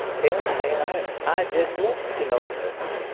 hell, man, i i didn't want to know nothing.